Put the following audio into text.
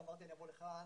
אז אמרתי שאני אבוא לכאן.